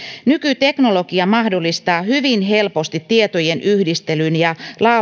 nykyteknologia mahdollistaa hyvin helposti tietojen yhdistelyn ja